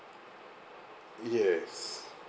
yes